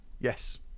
yes